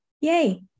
yay